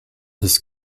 his